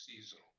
seasonal